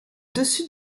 dessus